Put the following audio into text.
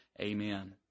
Amen